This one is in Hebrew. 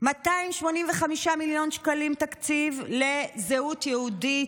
285 מיליון שקלים תקציב לזהות יהודית,